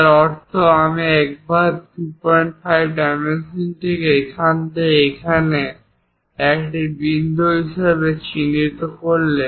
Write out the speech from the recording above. যার অর্থ একবার আমি এই 25 ডাইমেনশনটিকে এখান থেকে এখানে একটি বিন্দু হিসাবে চিহ্নিত করলে